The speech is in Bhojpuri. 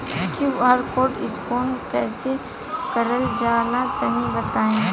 क्यू.आर कोड स्कैन कैसे क़रल जला तनि बताई?